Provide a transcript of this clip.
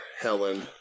Helen